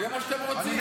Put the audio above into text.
זה מה שאתם רוצים.